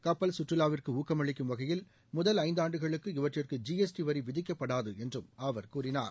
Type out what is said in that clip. கப்பல் கற்றுலாவிற்கு ஊக்கமளிக்கும் வகையில் முதல் ஐந்தாண்டுகளுக்கு இவற்றிற்கு ஜிஎஸ்டி வரி விதிக்கப்படாது என்றும் அவர கூறினார்